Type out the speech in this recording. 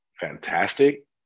fantastic